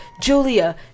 julia